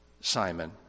Simon